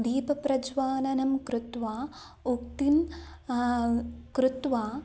दिपप्रज्वालनं कृत्वा उक्तिं कृत्वा